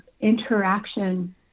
interaction